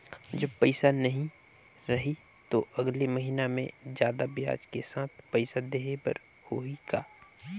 जब पइसा नहीं रही तो अगले महीना मे जादा ब्याज के साथ पइसा देहे बर होहि का?